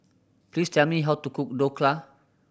please tell me how to cook Dhokla